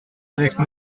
avec